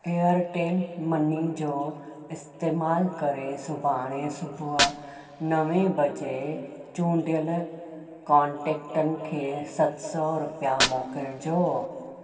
Airtel money जो इस्तेमालु करे सुभाणे सुबुह नवे बजे चूंडियल कॉन्टेकटनि खे सत सौ रुपिया मोकिलिजो